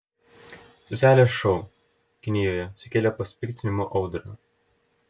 seselės šou kinijoje sukėlė pasipiktinimo audrą